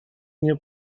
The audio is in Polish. nie